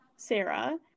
Sarah